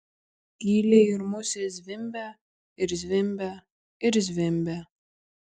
gyliai ir musės zvimbia ir zvimbia ir zvimbia